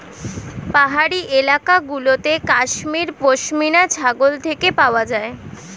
পাহাড়ি এলাকা গুলোতে কাশ্মীর পশমিনা ছাগল থেকে পাওয়া যায়